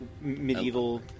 Medieval